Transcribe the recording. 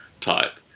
type